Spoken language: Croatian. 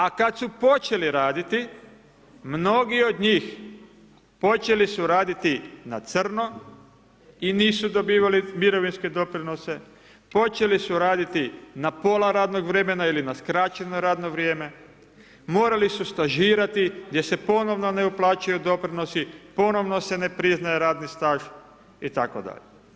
A kad su počeli raditi, mnogi od njih počeli su raditi na crno i nisu dobivali mirovinske doprinose, počeli su raditi na pola radnog vremena ili na skraćeno radno vrijeme, morali su stažirati gdje se ponovno ne uplaćuju doprinosi, ponovno se ne priznaje radni staž itd.